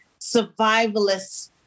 survivalist